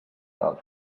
alt